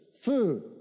food